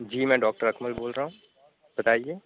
جی میں ڈاکٹر اکمل بول رہا ہوں بتائیے